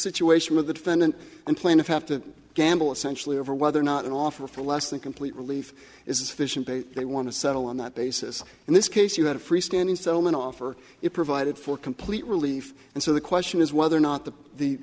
situation of the defendant and plaintiff have to gamble essentially over whether or not an offer for less than complete relief is vision they want to settle on that basis in this case you have a freestanding settlement offer you provided for complete relief and so the question is whether or not that the